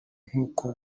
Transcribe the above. nk’uko